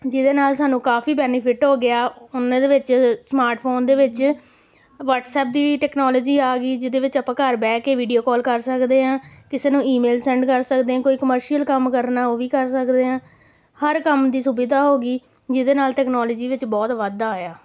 ਜਿਹਦੇ ਨਾਲ ਸਾਨੂੰ ਕਾਫ਼ੀ ਬੈਨੀਫਿਟ ਹੋ ਗਿਆ ਉਹਨਾਂ ਦੇ ਵਿੱਚ ਸਮਾਰਟ ਫੋਨ ਦੇ ਵਿੱਚ ਵਟਸਐਪ ਦੀ ਟੈਕਨੋਲੋਜੀ ਆ ਗਈ ਜਿਹਦੇ ਵਿੱਚ ਆਪਾਂ ਘਰ ਬਹਿ ਕੇ ਵੀਡੀਓ ਕਾਲ ਕਰ ਸਕਦੇ ਹਾਂ ਕਿਸੇ ਨੂੰ ਈਮੇਲ ਸੈਂਡ ਕਰ ਸਕਦੇ ਕੋਈ ਕਮਰਸ਼ੀਅਲ ਕੰਮ ਕਰਨਾ ਉਹ ਵੀ ਕਰ ਸਕਦੇ ਹਾਂ ਹਰ ਕੰਮ ਦੀ ਸੁਵਿਧਾ ਹੋ ਗਈ ਜਿਹਦੇ ਨਾਲ ਟੈਕਨੋਲੋਜੀ ਵਿੱਚ ਬਹੁਤ ਵਾਧਾ ਹੋਇਆ